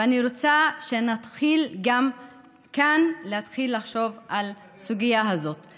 ואני רוצה שנתחיל לחשוב על הנושא הזה גם כאן.